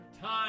time